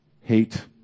hate